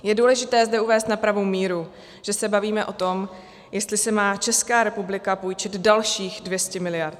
Je důležité zde uvést na pravou míru, že se bavíme o tom, jestli si má Česká republika půjčit dalších 200 miliard.